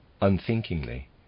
unthinkingly